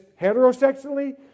heterosexually